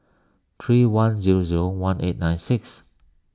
three one zero zero one eight nine six